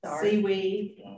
Seaweed